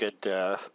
good